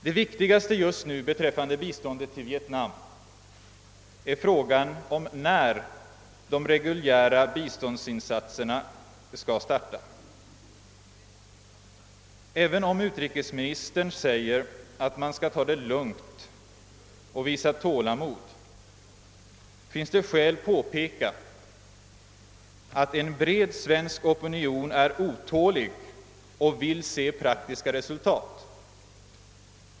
Det viktigaste just nu beträffande biståndet till Vietnam är frågan om när de reguljära biståndsinsatserna kan starta. även om utrikesministern nu säger att man skall ta det lugnt och visa tålamod finns det skäl påpeka, att en bred svensk opinion är otålig och vill se praktiska resultat.